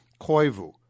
Koivu